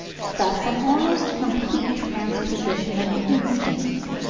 thus an almost complete transposition of the instincts,